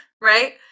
right